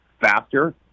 faster